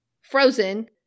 Frozen